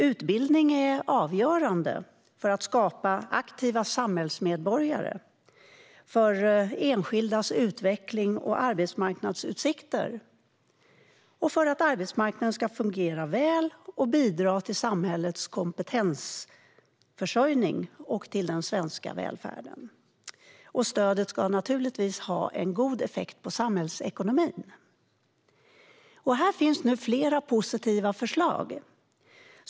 Utbildning är avgörande för att skapa aktiva samhällsmedborgare, för enskildas utveckling och arbetsmarknadsutsikter och för att arbetsmarknaden ska fungera väl och bidra till samhällets kompetensförsörjning och den svenska välfärden. Stödet ska naturligtvis ha en god effekt på samhällsekonomin. Och här finns nu flera positiva förslag.